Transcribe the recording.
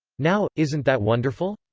now, isn't that wonderful?